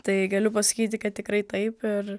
tai galiu pasakyti kad tikrai taip ir